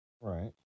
right